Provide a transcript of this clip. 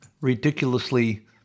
ridiculously